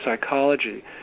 psychology